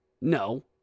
No